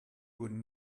would